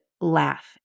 laugh